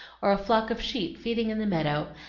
or a flock of sheep feeding in the meadow,